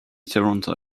toronto